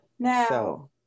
Now